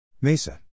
MESA